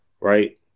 right